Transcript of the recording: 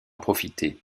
profiter